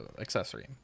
accessory